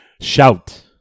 Shout